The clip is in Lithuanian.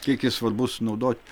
kiek jis svarbus naudot